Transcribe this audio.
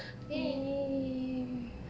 ya